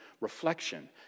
reflection